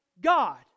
God